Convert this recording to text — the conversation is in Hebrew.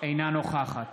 אינה נוכחת